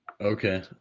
Okay